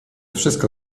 wszystko